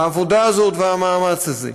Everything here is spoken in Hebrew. העבודה הזאת והמאמץ הזה.